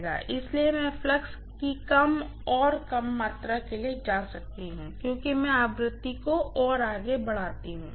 इसलिए मैं फ्लक्स की कम और कम मात्रा के लिए जा सकती हूँ क्योंकि मैं आवृत्ति को और आगे बढाती हूँ